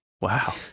Wow